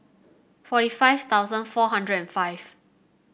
forty five thousand four hundred and five